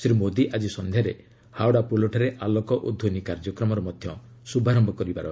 ଶ୍ରୀ ମୋଦି ଆଜି ସନ୍ଧ୍ୟାରେ ହାୱଡ଼ା ପୋଲଠାରେ ଆଲୋକ ଓ ଧ୍ୱନି କାର୍ଯ୍ୟକ୍ମର ଶ୍ରଭାରମ୍ଭ କରିବେ